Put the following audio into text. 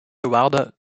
award